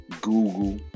Google